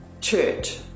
church